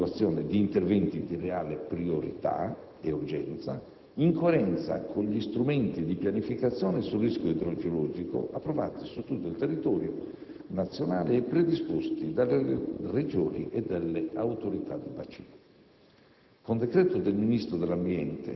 Ciò anche per garantire l'individuazione di interventi di reale priorità e urgenza, in coerenza con gli strumenti di pianificazione sul rischio idrogeologico approvati su tutto il territorio nazionale e predisposti dalle Regioni e dalle Autorità di bacino.